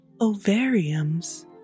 Ovariums